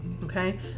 Okay